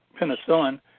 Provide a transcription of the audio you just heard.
penicillin